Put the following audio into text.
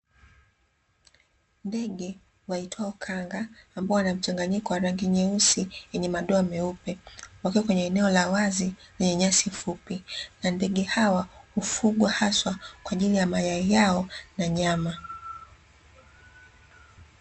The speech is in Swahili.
Ndege waitwao kanga ambao wana mchanganyiko wa rangi nyeusi yenye madoa meupe, wakiwa kwenye eneo la wazi lenye nyasi fupi. Na ndege hawahufugwa haswa kwa ajii ya mayai yao na nyama.